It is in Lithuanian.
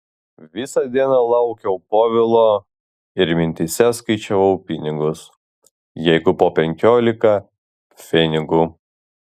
visą dieną laukiau povilo ir mintyse skaičiavau pinigus jeigu po penkiolika pfenigų